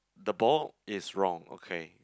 the ball is wrong okay